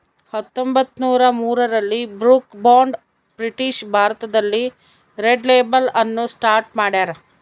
ಹತ್ತೊಂಬತ್ತುನೂರ ಮೂರರಲ್ಲಿ Brooke Bond British ಭಾರತದಲ್ಲಿ ರೆಡ್ ಲೇಬಲ್ ಅನ್ನು ಸ್ಟಾರ್ಟ್ ಮಾಡ್ಯಾರ